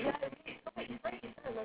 okay but I made it on time